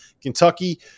Kentucky